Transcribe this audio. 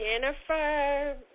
Jennifer